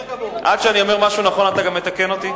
עד שאני אומר משהו נכון אתה גם מתקן אותי?